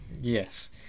Yes